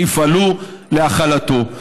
יפעלו להחלתו.